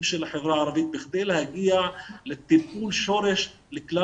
של החברה הערבית בכדי להגיע לטיפול שורש לכלל